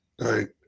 right